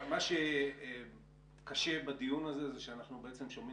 מה שקשה בדיון הזה זה שאנחנו בעצם שומעים